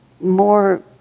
more